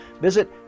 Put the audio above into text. Visit